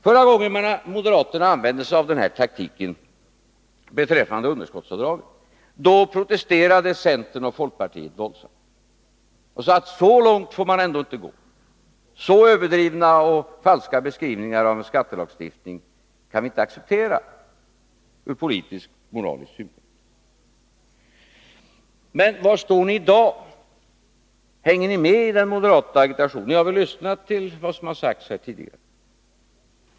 Förra gången moderaterna använde sig av den här taktiken — beträffande underskottsavdraget — protesterade centern och folkpartiet våldsamt och sade: Så långt får man ändå inte gå, så överdrivna och falska beskrivningar av en skattelagstiftning kan vi inte acceptera ur politisk och moralisk synpunkt. Men var står ni i dag? Hänger ni med i den moderata agitationen? Ni har väl lyssnat till vad som har sagts tidigare?